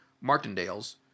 Martindale's